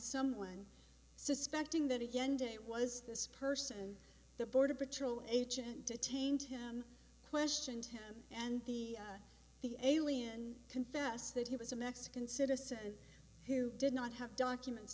someone suspecting that he ended it was this person the border patrol agent detained him questioned him and the the alien confessed that he was a mexican citizen who did not have documents